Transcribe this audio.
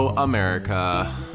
America